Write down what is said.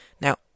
Now